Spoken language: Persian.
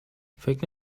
فکر